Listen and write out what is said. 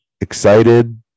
excited